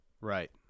Right